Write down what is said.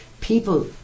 People